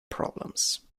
problems